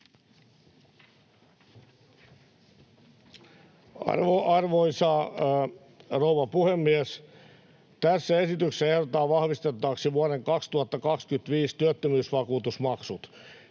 Arvoisa rouva puhemies! Tässä esityksessä ehdotetaan vahvistettavaksi vuoden 2025 työttömyysvakuutusmaksut.